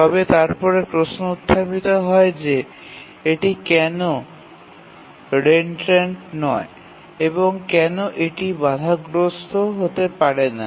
তবে তারপরে প্রশ্ন উত্থাপিত হয় যে এটি কেন রেনত্রান্ট নয় এবং কেন এটি বাধাগ্রস্ত হতে পারে না